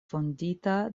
fondita